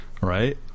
right